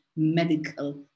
Medical